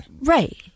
Right